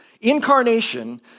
Incarnation